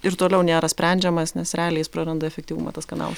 ir toliau nėra sprendžiamas nes realiai jis praranda efektyvumą kanalas